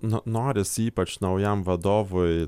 no norisi ypač naujam vadovui